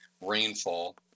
rainfall